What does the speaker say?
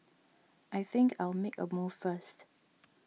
I think I'll make a move first